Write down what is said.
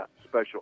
Special